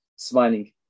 smiling